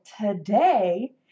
today